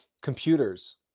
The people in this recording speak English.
computers